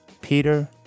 Peter